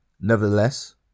Nevertheless